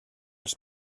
als